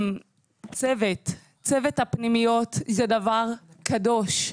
צוות הפנימיות זה דבר קדוש.